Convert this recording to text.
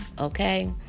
okay